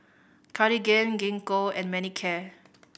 Cartigain Gingko and Manicare